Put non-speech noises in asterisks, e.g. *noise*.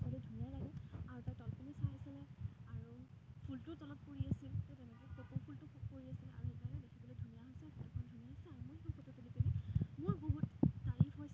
সবক ধুনীয়াই লাগে আৰু তাই তলপিনেও চাই আছিলে আৰু ফুলটোও তলত পৰি আছিল তো তেনেকৈয়ে ফুলটোও তলত পৰি আছিল *unintelligible*